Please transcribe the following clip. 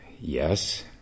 yes